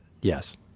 Yes